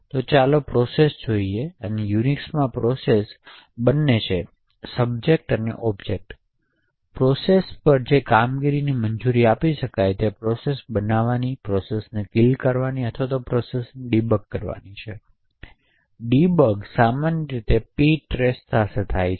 તો ચાલો પ્રોસેસ જોઈએ યુનિક્સમાં પ્રોસેસ બંને એક સબ્જેક્ટ અને ઑબ્જેક્ટ છે તેથી પ્રોસેસ પર જે કામગીરીની મંજૂરી આપી શકાય છે તે પ્રોસેસ બનાવવાની છે પ્રોસેસ કિલ કરવાની છે અથવા પ્રોસેસ ડિબગ કરવાની છે તેથી ડીબગ સામાન્ય રીતે ptrace સાથે થાય છે